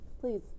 Please